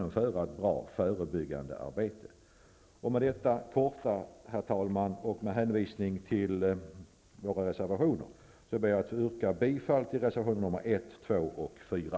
Med detta korta inlägg och med hänvisning till våra reservationer ber jag att få yrka bifall till reservationerna 1, 2 och 4.